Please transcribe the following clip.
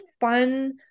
fun